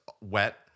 wet